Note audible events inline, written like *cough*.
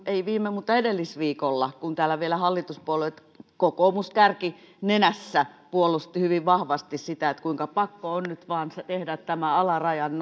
ei viime mutta edellisviikolla kun täällä vielä hallituspuolueet kokoomus kärkinenässä puolustivat hyvin vahvasti sitä kuinka on nyt vaan pakko tehdä tämä alarajan *unintelligible*